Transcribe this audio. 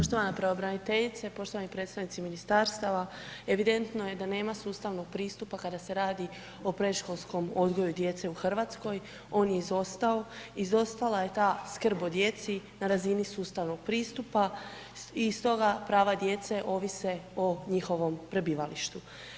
Poštovana pravobraniteljice, poštovani predstavnici ministarstava, evidentno je da nema sustavnog pristupa kada se radi o predškolskom odgoju djece u Hrvatskoj, on je izostao, izostala je ta skrb o djeci na razini sustavnog pristupa i stoga prava djece ovise o njihovom prebivalištu.